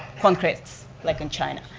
concrete, like in china.